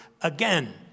again